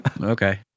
okay